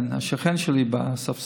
כן, השכן שלי בספסלים.